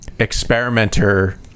experimenter